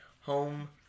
home